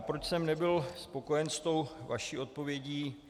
Proč jsem nebyl spokojen s vaší odpovědí?